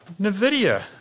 NVIDIA